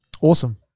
Awesome